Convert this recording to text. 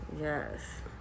yes